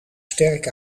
sterk